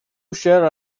share